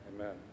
Amen